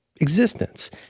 existence